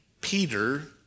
Peter